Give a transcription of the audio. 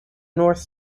north